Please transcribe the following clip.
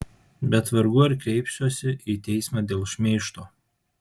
bet vargu ar kreipsiuosi į teismą dėl šmeižto